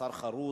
שר חרוץ,